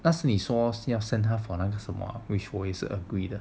那是你说要 send 他 for 那个什么 which 我也是 agreed 的